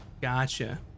Gotcha